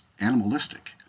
animalistic